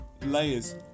layers